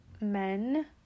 men